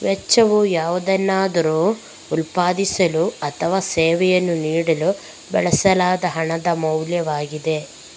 ವೆಚ್ಚವು ಯಾವುದನ್ನಾದರೂ ಉತ್ಪಾದಿಸಲು ಅಥವಾ ಸೇವೆಯನ್ನು ನೀಡಲು ಬಳಸಲಾದ ಹಣದ ಮೌಲ್ಯವಾಗಿದೆ